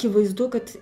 akivaizdu kad